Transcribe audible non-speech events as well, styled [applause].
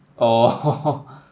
orh [laughs]